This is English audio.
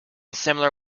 similar